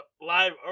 live